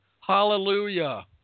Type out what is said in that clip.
Hallelujah